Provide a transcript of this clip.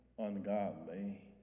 ungodly